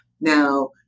now